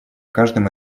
каждом